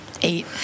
eight